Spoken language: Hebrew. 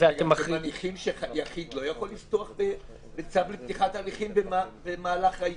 אתם מניחים שיחיד לא יכול לפתוח בצו לפתיחת הליכים במהלך העיכוב?